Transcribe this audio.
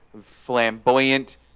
flamboyant